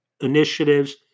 initiatives